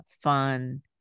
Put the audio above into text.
fun